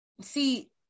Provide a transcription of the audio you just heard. see